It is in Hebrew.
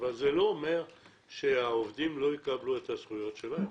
זה לא אומר שהעובדים לא יקבלו את הזכויות שלהם,